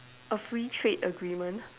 a free trade agreement